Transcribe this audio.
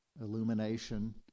illumination